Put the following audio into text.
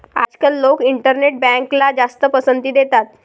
आजकाल लोक इंटरनेट बँकला जास्त पसंती देतात